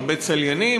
הרבה צליינים,